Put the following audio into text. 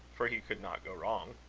for he could not go wrong.